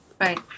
right